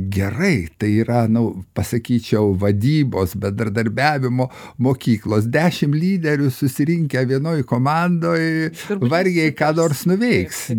gerai tai yra nu pasakyčiau vadybos bendradarbiavimo mokyklos dešimt lyderių susirinkę vienoj komandoj vargiai ką nors nuveiks